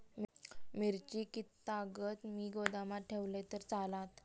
मिरची कीततागत मी गोदामात ठेवलंय तर चालात?